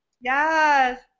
Yes